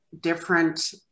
different